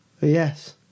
Yes